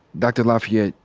dr. lafayette,